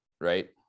right